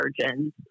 surgeons